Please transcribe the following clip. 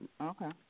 Okay